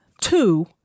two